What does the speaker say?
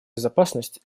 безопасность